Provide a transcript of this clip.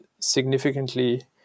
significantly